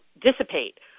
dissipate